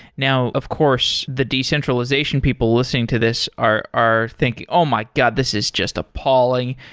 now, of course, the decentralization people listening to this are are thinking, oh my god! this is just appalling.